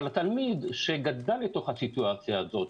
אבל התלמיד שגדל לתוך הסיטואציה הזאת,